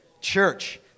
Church